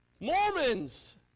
Mormons